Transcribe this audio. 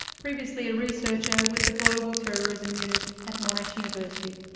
previously a researcher with the global terrorism unit at monash university,